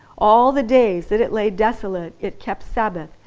all the days that it lay desolate it kept sabbath,